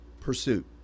pursuit